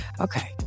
okay